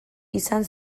izan